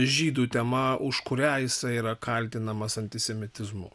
žydų tema už kurią jisai yra kaltinamas antisemitizmu